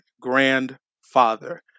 grandfather